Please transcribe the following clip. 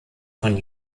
von